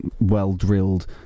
well-drilled